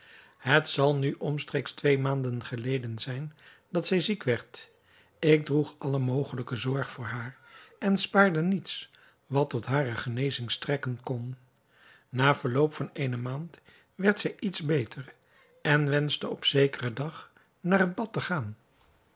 het zal nu omstreeks twee maanden geleden zijn dat zij ziek werd ik droeg alle mogelijke zorg voor haar en spaarde niets wat tot hare genezing strekken kon na verloop van eene maand werd zij iets beter en wenschte op zekeren dag naar het bad te gaan